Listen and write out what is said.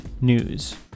news